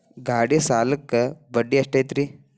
ಗಾಡಿ ಸಾಲಕ್ಕ ಬಡ್ಡಿ ಎಷ್ಟೈತ್ರಿ?